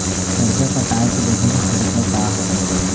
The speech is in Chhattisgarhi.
करजा पटाए के विभिन्न तरीका का हवे?